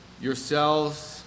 yourselves